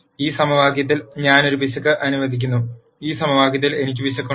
ഈ സമവാക്യത്തിൽ ഞാൻ ഒരു പിശക് അനുവദിക്കുന്നു ഈ സമവാക്യത്തിൽ എനിക്ക് പിശകുണ്ട്